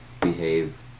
behave